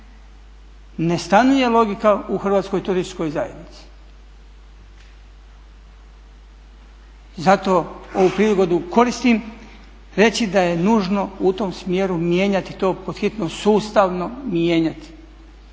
Ne stanuje logika u Hrvatskoj turističkoj zajednici. Zato ovu prigodu koristim reći da je nužno u tom smjeru mijenjati to pod hitno, sustavno mijenjati.